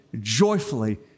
joyfully